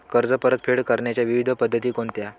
कर्ज परतफेड करण्याच्या विविध पद्धती कोणत्या?